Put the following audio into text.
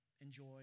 enjoy